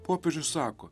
popiežius sako